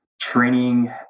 training